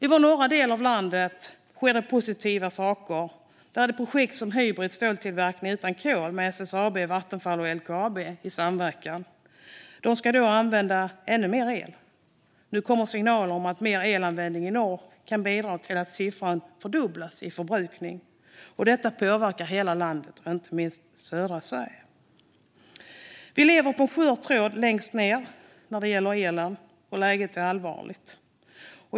I vår norra del av landet sker det positiva saker med projekt som Hybrits ståltillverkning utan kol i samverkan med SSAB, Vattenfall och LKAB. Då ska det användas ännu mer el, och nu kommer signaler om att mer elanvändning i norr kan bidra till att förbrukningssiffran fördubblas. Detta påverkar hela landet, inte minst södra Sverige. Vi lever på en skör tråd längst ned när det gäller el, och läget är allvarligt.